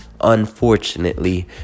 unfortunately